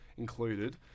included